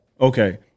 Okay